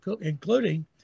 including